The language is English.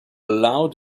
loud